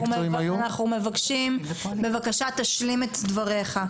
אנחנו מבקשים בבקשה שתשלים את דבריך.